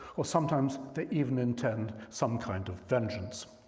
or sometimes they even intend some kind of vengeance.